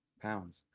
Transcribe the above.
pounds